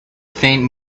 faint